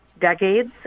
decades